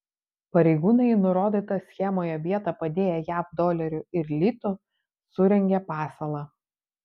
pareigūnai į nurodytą schemoje vietą padėję jav dolerių ir litų surengė pasalą